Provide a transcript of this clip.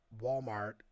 Walmart